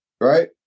Right